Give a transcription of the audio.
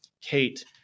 Kate